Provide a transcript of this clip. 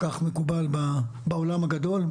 כך מקובל בעולם הגדול.